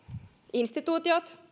instituutiot